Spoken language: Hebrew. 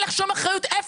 אין לך שום אחריות,